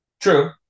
True